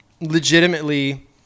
legitimately